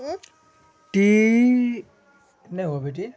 DTH भुगतान तने Airtel app जबरदस्त ऑफर दी छे